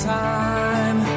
time